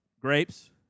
Grapes